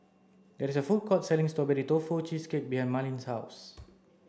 it is a food court selling strawberry tofu cheesecake behind Marleen's house